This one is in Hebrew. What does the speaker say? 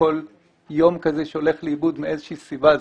וכל יום כזה שהולך לאיבוד מאיזושהי סיבה,